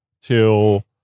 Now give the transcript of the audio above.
till